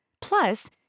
Plus